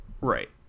Right